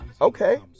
Okay